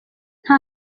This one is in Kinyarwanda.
nta